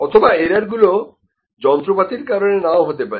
অথবা এরর গুলো যন্ত্রপাতির কারণে নাও হতে পারে